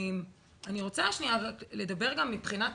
אני רוצה לדבר גם מבחינת